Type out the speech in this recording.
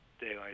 daylight